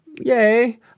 yay